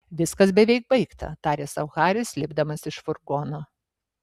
viskas beveik baigta tarė sau haris lipdamas iš furgono